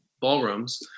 Ballrooms